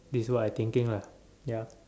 this what I thinking lah ya